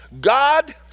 God